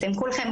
אתם כולכם,